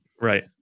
Right